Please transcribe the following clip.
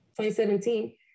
2017